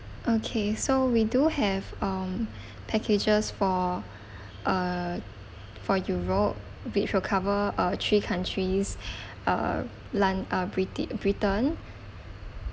okay so we do have um packages for uh for europe which will cover uh three countries err lon~ uh briti~ britain